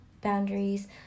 boundaries